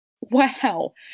Wow